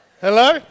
Hello